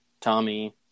Tommy